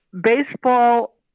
baseball